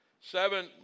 Seven